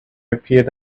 appeared